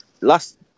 last